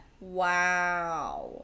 Wow